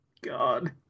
god